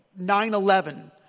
9-11